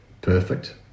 perfect